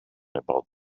about